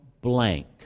blank